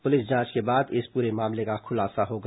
police जांच के बाद इस पूरे मामले का खुलासा होगा